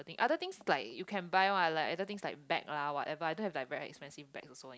other things you can buy [what] like other things like bag lah whatever lah I don't have like very expensive bag also